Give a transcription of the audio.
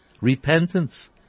repentance